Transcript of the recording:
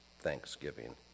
thanksgiving